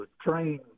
train